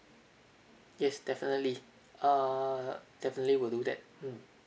yes definitely err definitely will do that mm